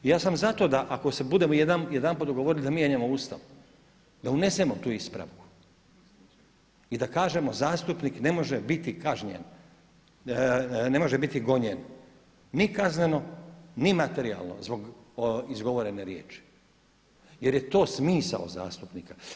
Ja sam za to da ako se budemo jedanput dogovorili da mijenjamo Ustav da unesemo tu ispravku i da kažemo zastupnik ne može biti kažnjen, ne može biti gonjen ni kazneno, ni materijalno zbog izgovorene riječi jer je to smisao zastupnika.